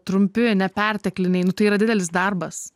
trumpi ne pertekliniai nu tai yra didelis darbas